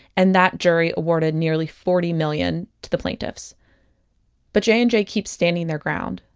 and that jury awarded nearly forty million to the plaintiffs but j and j keeps standing their ground.